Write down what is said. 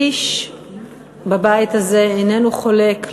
איש בבית הזה איננו חולק,